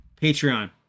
patreon